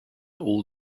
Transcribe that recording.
all